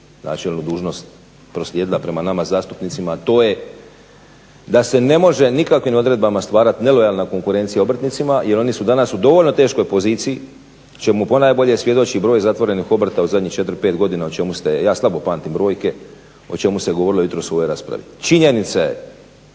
načelnu dužnost proslijedila prema nama zastupnicima to je da se ne može nikakvim odredbama stvarati nelojalna konkurencija obrtnicima jel oni su danas u dovoljno teškoj poziciji čemu ponajbolje svjedoči broj zatvorenih obrta u zadnjih 4, 5 godina u čemu ste, ja slabo pamtim brojke, o čemu ste jutros u ovoj raspravi. Činjenica